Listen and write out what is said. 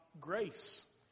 grace